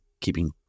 keeping